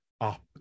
up